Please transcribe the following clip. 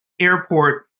airport